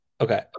Okay